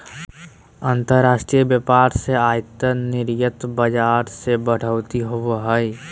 अंतर्राष्ट्रीय व्यापार से आयात निर्यात बाजार मे बढ़ोतरी होवो हय